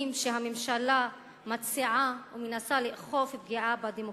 שהממשלה מציעה ומנסה לאכוף פגיעה בדמוקרטיה,